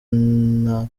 nta